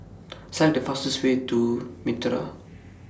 Select The fastest Way to Mitraa